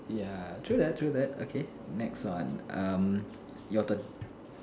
ya true that true that okay next one um your turn